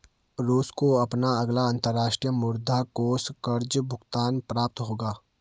रूस को अपना अगला अंतर्राष्ट्रीय मुद्रा कोष कर्ज़ भुगतान प्राप्त होगा